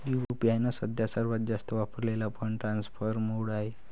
UPI सध्या सर्वात जास्त वापरलेला फंड ट्रान्सफर मोड आहे